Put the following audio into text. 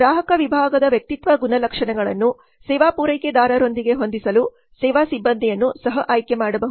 ಗ್ರಾಹಕ ವಿಭಾಗದ ವ್ಯಕ್ತಿತ್ವ ಗುಣಲಕ್ಷಣಗಳನ್ನು ಸೇವಾ ಪೂರೈಕೆದಾರರೊಂದಿಗೆ ಹೊಂದಿಸಲು ಸೇವಾ ಸಿಬ್ಬಂದಿಯನ್ನು ಸಹ ಆಯ್ಕೆ ಮಾಡಬಹುದು